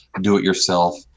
do-it-yourself